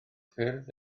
ffyrdd